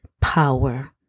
power